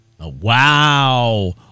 Wow